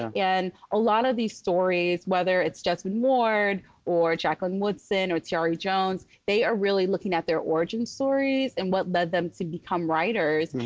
and a lot of these stories, whether it's jesmyn ward, or jacqueline woodson, or tayari jones, they are really looking at their origin stories, and what led them to become writers,